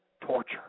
torture